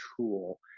tool